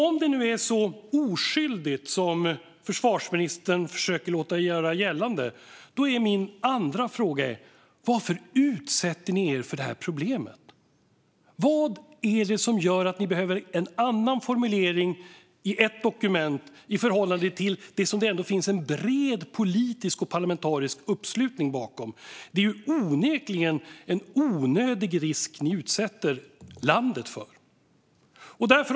Om det nu är så oskyldigt som försvarsministern försöker göra gällande är min andra fråga: Varför utsätter ni er för det här problemet? Vad är det som gör att ni behöver en annan formulering i ett dokument i förhållande till det som det ändå finns en bred politisk och parlamentarisk uppslutning bakom? Det är onekligen en onödig risk ni utsätter landet för.